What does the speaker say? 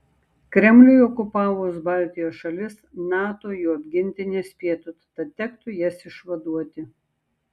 kremliui okupavus baltijos šalis nato jų apginti nespėtų tad tektų jas išvaduoti